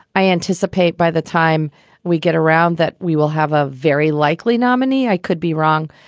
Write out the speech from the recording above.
i anticipate by the time we get around that we will have a very likely nominee. i could be wrong,